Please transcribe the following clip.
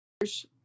first